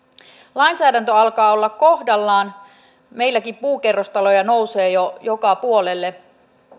lainsäädäntö alkaa olla kohdallaan meilläkin puukerrostaloja nousee jo joka puolelle